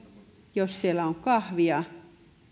jos siellä on kahvia